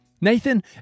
Nathan